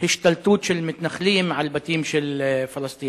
השתלטות של מתנחלים על בתים של פלסטינים.